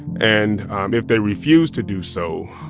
and um if they refused to do so,